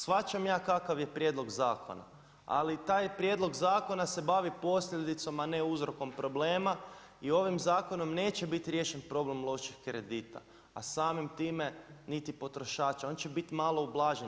Shvaćam ja kakav je prijedlog zakona, ali taj prijedlog zakona se bavi posljedicom, a ne uzrokom problema i ovim zakonom neće biti riješen problem loših kredita, a samim time niti potrošača, on će biti malo ublažen.